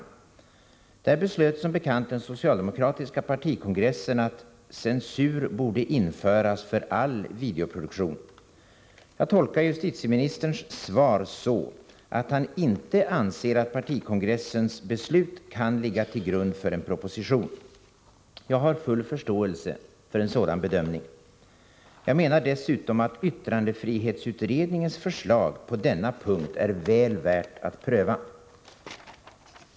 Fredagen den Därvidlag beslöt som bekant den socialdemokratiska partikongressen att 19 oktober 1984 censur borde införas för all videoproduktion. Jag tolkar justitieministerns svar så att han inte anser att partikongressens : 5 5 ET ä å Omaarbetet med beslut karbtigga till grund för en proposition. Jag har full förståelse för en proposition om den Sfkinbedömming: offentliga yttrande Jag menar dessutom att yttrandefrihetsutredningens förslag på denna punkt är väl värt att pröva.